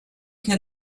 can